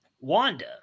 wanda